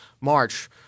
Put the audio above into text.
March